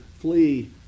flee